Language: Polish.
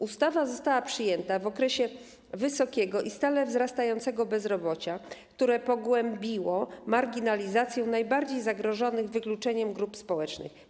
Ustawa została przyjęta w okresie wysokiego i stale wzrastającego bezrobocia, które pogłębiło marginalizację najbardziej zagrożonych wykluczeniem grup społecznych.